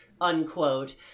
unquote